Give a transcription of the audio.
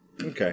Okay